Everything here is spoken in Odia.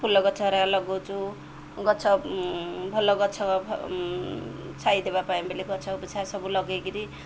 ଫୁଲ ଗଛଗୁଡ଼ାକ ଲଗାଉଛୁ ଗଛ ଭଲ ଗଛ ଛାଇ ଦେବା ପାଇଁ ବୋଲି ଗଛ ବୃଛା ସବୁ ଲଗାଇକିରି